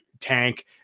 tank